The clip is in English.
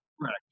Right